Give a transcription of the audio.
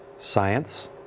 science